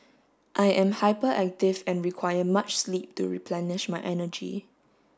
I am hyperactive and require much sleep to replenish my energy